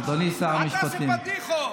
אל תעשה פדיחות.